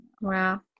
Wow